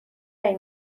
هایی